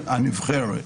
המובטחת.